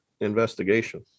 investigation